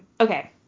Okay